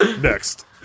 Next